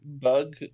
bug